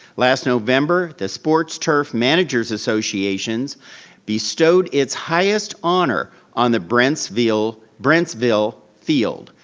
last november, the sports turf manager's associations bestowed its highest honor on the brentsville brentsville field.